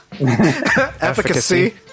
Efficacy